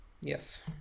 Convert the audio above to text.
Yes